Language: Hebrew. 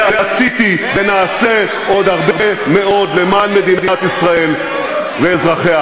ועשיתי ונעשה עוד הרבה מאוד למען מדינת ישראל ואזרחיה,